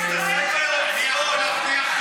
כיו"ר אופוזיציה הוא הלך לכל פיגוע.